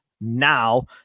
now